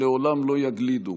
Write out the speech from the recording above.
שלעולם לא יגלידו.